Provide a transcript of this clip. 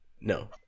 no